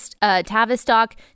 Tavistock